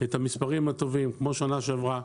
את המספרים הטובים, כמו בשנה שעברה.